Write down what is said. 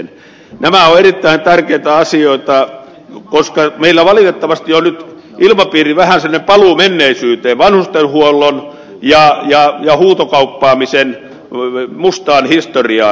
nämä ovat erittäin tärkeitä asioita koska meillä valitettavasti on nyt ilmapiirissä vähän semmoista paluuta menneisyyteen vanhustenhuollon ja huutokauppaamisen mustaan historiaan